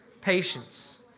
patience